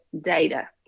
data